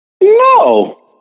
no